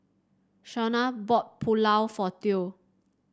Shauna bought Pulao for Theo